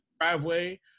driveway